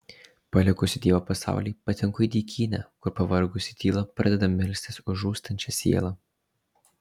palikusi dievo pasaulį patenku į dykynę kur pavargusi tyla pradeda melstis už žūstančią sielą